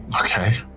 Okay